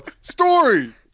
Story